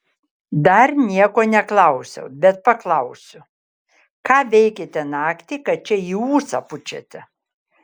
dar nieko neklausiau bet paklausiu ką veikėte naktį kad čia į ūsą pučiate